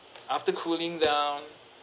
after cooling down